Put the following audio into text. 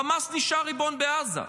חמאס נשאר ריבון בעזה.